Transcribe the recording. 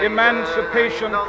Emancipation